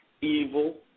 evil